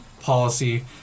policy